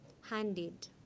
handed